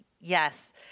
yes